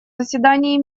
заседании